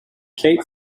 kate